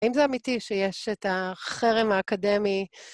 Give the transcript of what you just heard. האם זה אמיתי שיש את החרם האקדמי,